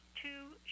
two